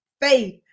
faith